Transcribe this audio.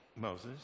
Moses